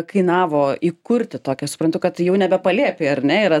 kainavo įkurti tokią suprantu kad jau nebe palėpėj ar ne yra